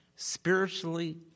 spiritually